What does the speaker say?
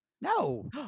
No